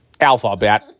Alphabet